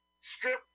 Strip